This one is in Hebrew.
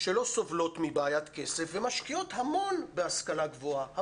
שלא סובלות מבעיית כסף ומשקיעות המון בהשכלה גבוהה,